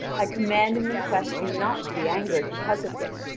i command and request you not to be angered because of him,